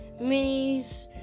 minis